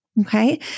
Okay